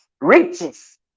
riches